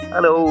Hello